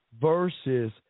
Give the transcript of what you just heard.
versus